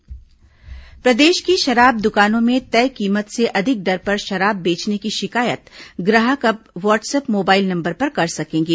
शराब कीमत प्रदेश की शराब दुकानों में तय कीमत से अधिक दर पर शराब बेचने की शिकायत ग्राहक अब व्हाट्सअप मोबाइल नंबर पर कर सकेंगे